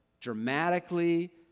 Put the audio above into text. Dramatically